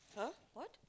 !huh! what